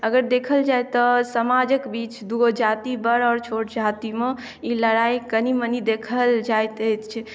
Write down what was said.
अगर देखल जाय तऽ समाजक बीच दूगो जाति बड़ आओर छोट जातिमे ई लड़ाई कनि मनि देखल जाइत अछि